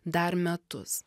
dar metus